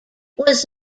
was